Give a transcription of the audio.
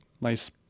nice